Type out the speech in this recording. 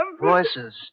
Voices